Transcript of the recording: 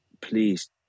please